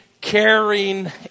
caring